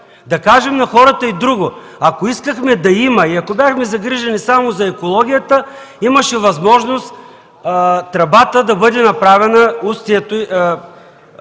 Да кажем на хората и друго: ако искахме да има и ако бяхме загрижени само за екологията, имаше възможност устието на тръбата, това,